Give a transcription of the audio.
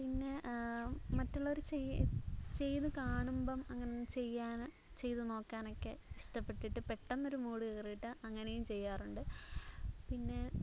പിന്നെ മറ്റുള്ളവര് ചെയ്യ് ചെയ്തുകാണുമ്പോള് അങ്ങനെ ചെയ്യാന് ചെയ്തു നോക്കാനൊക്കെ ഇഷ്ടപ്പെട്ടിട്ട് പെട്ടെന്നൊരു മൂഡ് കയറിയിട്ട് അങ്ങനെയും ചെയ്യാറുണ്ട് പിന്നെ